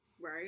Right